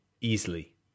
easily